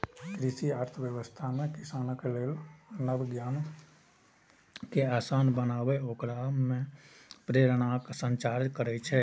कृषि अर्थशास्त्र किसानक लेल नव ज्ञान कें आसान बनाके ओकरा मे प्रेरणाक संचार करै छै